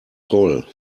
voll